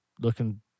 looking